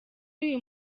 uyu